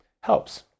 helps